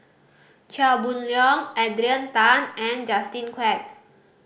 Chia Boon Leong Adrian Tan and Justin Quek